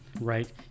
right